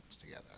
together